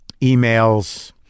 emails